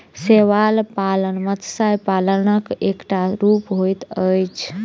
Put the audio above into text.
शैवाल पालन मत्स्य पालनक एकटा रूप होइत अछि